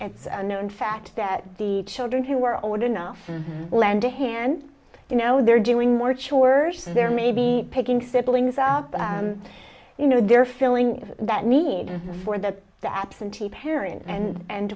it's a known fact that the children who were old enough to lend a hand you know they're doing more chores there may be picking siblings up but you know they're filling that need for the the absentee parent and